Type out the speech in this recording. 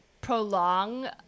prolong